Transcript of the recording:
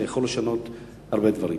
זה יכול לשנות הרבה דברים.